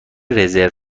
رزرو